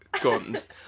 guns